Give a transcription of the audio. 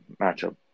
matchup